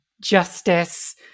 justice